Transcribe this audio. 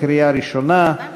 לקריאה ראשונה.